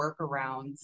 workarounds